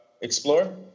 explore